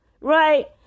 right